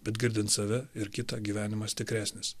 bet girdint save ir kitą gyvenimas tikresnis